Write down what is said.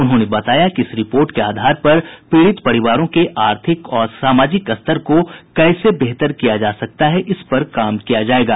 उन्होंने बताया कि इस रिपोर्ट के आधार पर पीड़ित परिवारों के आर्थिक और सामाजिक स्तर को कैसे बेहतर किया जा सकता है इस पर काम किया जायेगा